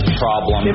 problem